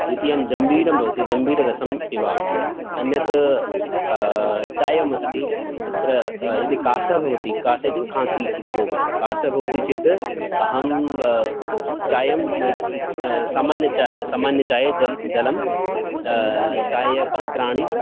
द्वितीयं जम्बीरं भवति जम्बीररसं पिबामि अन्यत् चायम् अस्ति तत् यदि कासः भवति कासः इति खांसी इति रोगः कासः भवति चेत् अहं चायं सामान्यचाय् सामान्यचाये जलं चायपत्राणि